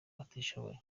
batishoboye